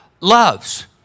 loves